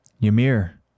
Ymir